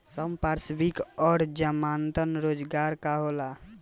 संपार्श्विक और जमानत रोजगार का होला?